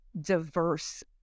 diverse